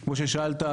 כמו ששאלת,